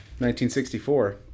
1964